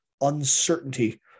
uncertainty